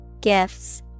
gifts